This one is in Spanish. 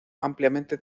ampliamente